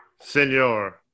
Senor